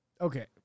Okay